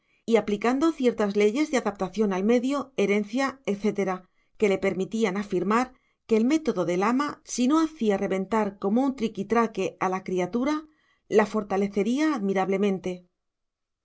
y aplicando ciertas leyes de adaptación al medio herencia etcétera que le permitían afirmar que el método del ama si no hacía reventar como un triquitraque a la criatura la fortalecería